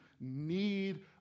need